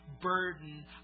burden